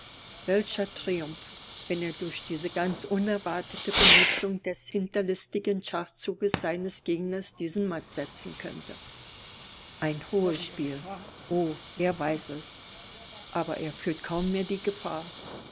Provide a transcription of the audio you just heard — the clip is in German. welcher triumph wenn er durch diese ganz unerwartete benutzung des hinterlistigen schachzuges seines gegners diesen matt setzen könnte ein hohes spiel o er weiß es aber er fühlt kaum mehr die gefahr